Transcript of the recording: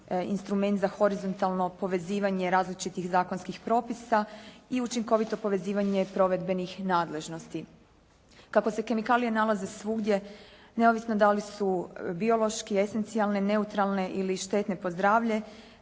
instrument za horizontalno povezivanje različitih zakonskih propisa i učinkovito povezivanje provedbenih nadležnosti. Kako se kemikalije nalaze svugdje, neovisno da li su biološki, esencijalne, neutralne ili štetne po zdravlje,